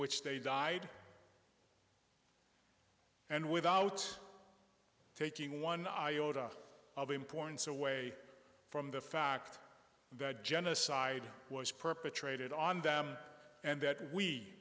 which they died and without taking one iota of importance away from the fact that genocide was perpetrated on them and that we